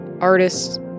artists